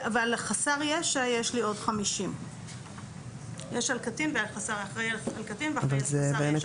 על חסר ישע יש לי עוד 50. יש על אחראי על קטין ואחראי על חסר ישע.